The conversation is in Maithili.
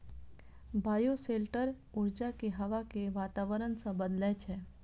बायोशेल्टर ऊर्जा कें हवा के वातावरण सं बदलै छै